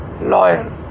lawyer